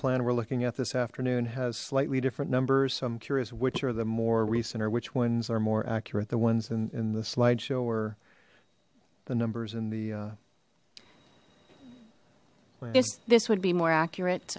we're looking at this afternoon has slightly different numbers some curious which are the more recent or which ones are more accurate the ones in the slideshow or the numbers in the yes this would be more accurate